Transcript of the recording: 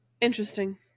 interesting